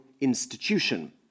institution